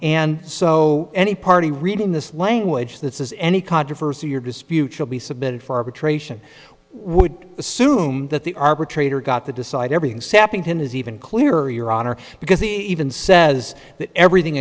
and so any party reading this language that says any controversy or dispute should be submitted for arbitration would assume that the arbitrator got to decide everything sapping him is even clearer your honor because he even says that everything